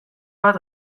bat